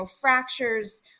fractures